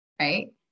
right